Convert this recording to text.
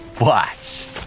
Watch